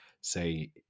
say